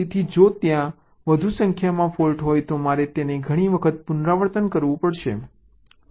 તેથી જો ત્યાં વધુ સંખ્યામાં ફોલ્ટ હોય તો મારે તેને ઘણી વખત પુનરાવર્તન કરવું પડશે